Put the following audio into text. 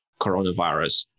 coronavirus